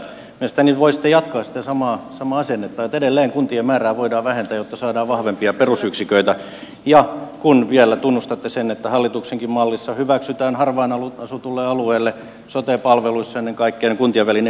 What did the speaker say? mielestäni voisitte jatkaa sitä samaa asennetta että edelleen kuntien määrää voidaan vähentää jotta saadaan vahvempia perusyksiköitä ja kun vielä tunnustatte sen että hallituksenkin mallissa hyväksytään harvaan asutulle alueelle sote palveluissa ennen kaikkea kuntien välinen yhteistyö